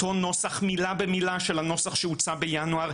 אותו נוסח מילה במילה של הנוסח שהוצע בינואר,